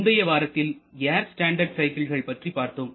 முந்தைய வாரத்தில் air standard சைக்கிள்கள் பற்றி பார்த்தோம்